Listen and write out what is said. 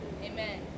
Amen